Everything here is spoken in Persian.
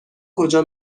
کجا